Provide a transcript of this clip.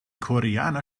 koreaner